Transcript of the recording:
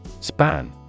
Span